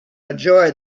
enjoy